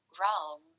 realm